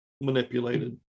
manipulated